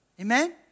Amen